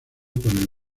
con